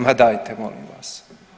Ma dajte molim vas!